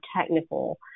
technical